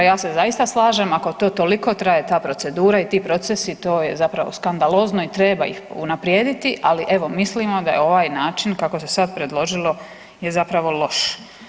Ja se zaista slažem ako to toliko traje, ta procedura i ti procesi to je zapravo skandalozno i treba ih unaprijediti, ali evo mislimo da je ovaj način kako se sada predložilo je zapravo loš.